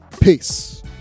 Peace